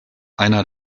einer